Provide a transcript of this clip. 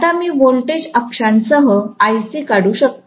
आता मी व्होल्टेज अक्षांसह Ic काढू शकते